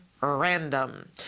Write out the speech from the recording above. random